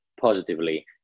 positively